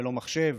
ללא מחשב,